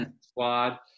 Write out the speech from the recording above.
squad